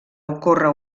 ocorre